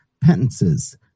penances